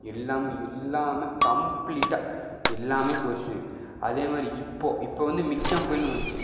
எல்லாம் எல்லாமே கம்ப்ளீட்டாக எல்லாமே போயிடுச்சுங்க அதேமாதிரி இப்போது இப்போது வந்து மிக்ஜாம் புயல்னு வந்துச்சு